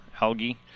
Algae